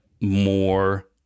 more